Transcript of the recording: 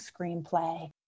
screenplay